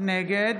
נגד